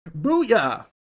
Booyah